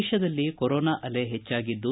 ದೇಶದಲ್ಲಿ ಕೊರೋನಾ ಅಲೆ ಹೆಚ್ಚಾಗಿದ್ದು